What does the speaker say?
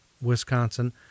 Wisconsin